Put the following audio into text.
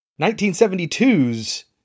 1972's